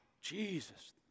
Jesus